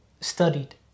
studied